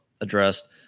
addressed